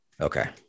Okay